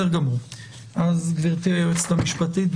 גברתי היועצת המשפטית,